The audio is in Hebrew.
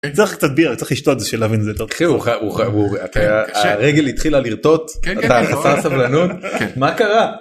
‫צריך קצת בירה, ‫צריך לשתות בשביל להבין את זה יותר טוב. ‫הוא.. קשה. הרגל התחילה לרטוט, אתה ‫חסר סבלנות, מה קרה?